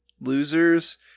Losers